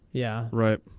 yeah right.